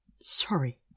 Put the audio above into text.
Sorry